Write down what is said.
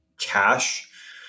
cash